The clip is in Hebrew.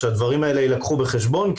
שהדברים האלה יילקחו בחשבון.